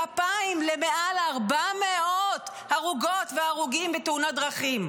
כפיים למעל 400 הרוגות והרוגים בתאונות דרכים.